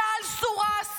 צה"ל סורס.